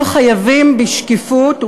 הם חייבים בשקיפות,